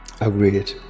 agreed